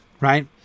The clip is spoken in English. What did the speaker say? right